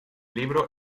libro